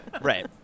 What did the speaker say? Right